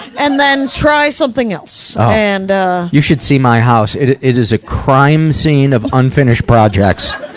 and then try something else. oh, and you should see my house. it it is a crime scene of unfinished projects.